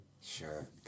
Sure